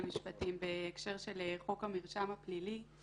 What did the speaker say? בהקשר של חוק המרשם הפלילי.